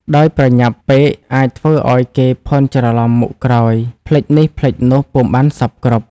ដោយប្រញាប់ពេក អាចធ្វើឲ្យគេភាន់ច្រឡំមុខក្រោយ ភ្លេចនេះភ្លេចនោះ ពុំបានសព្វគ្រប់ ។